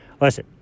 Listen